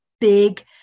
big